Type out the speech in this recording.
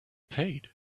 paid